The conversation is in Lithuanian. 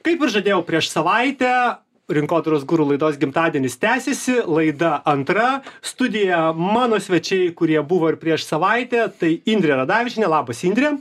kaip ir žadėjau prieš savaitę rinkodaros guru laidos gimtadienis tęsiasi laida antra studija mano svečiai kurie buvo ir prieš savaitę tai indrė radavičienė labas indre